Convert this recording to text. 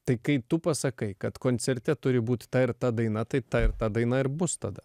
tai kai tu pasakai kad koncerte turi būt ta ir ta daina tai ta ir ta daina ir bus tada